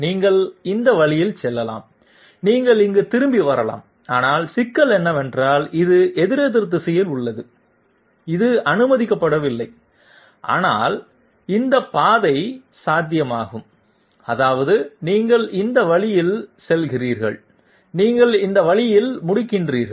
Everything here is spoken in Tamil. நீங்கள் இந்த வழியில் செல்லலாம் நீங்கள் இங்கு திரும்பி வரலாம் ஆனால் சிக்கல் என்னவென்றால் இது எதிரெதிர் திசையில் உள்ளது இது அனுமதிக்கப்படவில்லை ஆனால் இந்த பாதை சாத்தியமாகும் அதாவது நீங்கள் இந்த வழியில் செல்கிறீர்கள் நீங்கள் இந்த வழியில் முடிக்கின்றீர்கள்